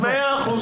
מאה אחוז.